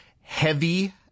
heavy